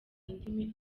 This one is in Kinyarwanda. indimi